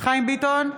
חיים ביטון,